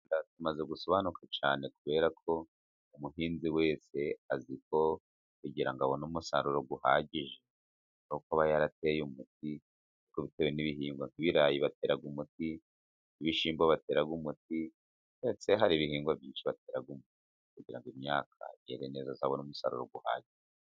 Maze gusobanuka cyane kubera ko umuhinzi wese azi ko kugira ngo abone umusaruro uhagije ari ukuba yarateye umuti ariko bitewe n'ibihingwa nk'ibirayi batera umuti, ibishyimbo batera umuti ndetse hari ibihingwa byinshi batera umuti kugira ngo imyaka yere neza azabone umusaruro uhagije.